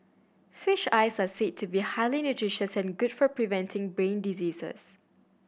fish eyes are said to be highly nutritious and good for preventing brain diseases